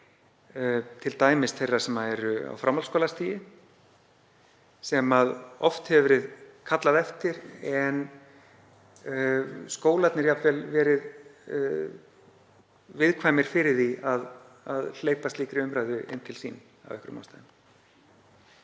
t.d. þeirra sem eru á framhaldsskólastigi, sem oft hefur verið kallað eftir, en skólarnir jafnvel verið viðkvæmir fyrir því að hleypa slíkri umræðu inn til sín af einhverjum ástæðum.